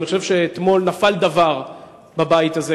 אני חושב שאתמול נפל דבר בבית הזה,